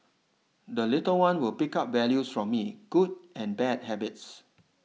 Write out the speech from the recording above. the little one will pick up values from me good and bad habits